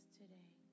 today